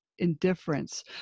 indifference